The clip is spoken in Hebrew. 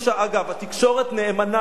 אגב, התקשורת נאמנה לו,